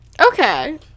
Okay